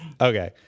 Okay